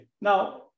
Now